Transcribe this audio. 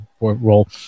role